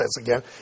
again